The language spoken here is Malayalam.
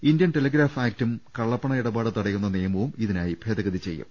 ഇന്ത്യൻ ടെലിഗ്രാഫ് ആക്ടും കള്ളപ്പണ ഇടപാട് തടയുന്ന നിയ മവും ഇതിനായി ഭേദഗതി ചെയ്യും